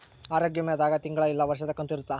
ಆರೋಗ್ಯ ವಿಮೆ ದಾಗ ತಿಂಗಳ ಇಲ್ಲ ವರ್ಷದ ಕಂತು ಇರುತ್ತ